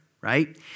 right